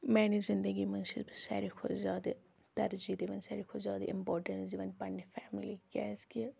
میانہِ زندگی منٛز چھَس بہٕ ساروٕے کھۄتہٕ زیادٕ ترجیح دِوان ساروٕے کھۄتہٕ زیادٕ اِمپاٹیٚنٕس دِوان پننہِ فیملی کیازکہِ